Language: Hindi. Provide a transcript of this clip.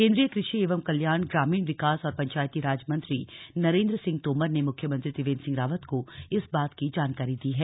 केन्द्रीय कृषि एवं कल्याण ग्रामीण विकास और पंचायती राज मंत्री नरेन्द्र सिंह तोमर ने मुख्यमंत्री त्रिवेन्द्र सिंह रावत को इस बात की जानकारी दी है